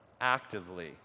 actively